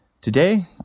Today